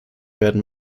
werden